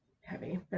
heavy